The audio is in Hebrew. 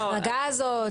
ההחרגה הזאת.